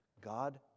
God